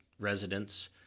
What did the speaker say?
residents